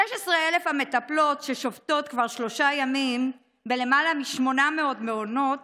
16,000 המטפלות ששובתות כבר שלושה ימים בלמעלה מ-800 מעונות